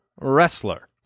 wrestler